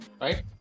Right